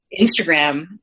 Instagram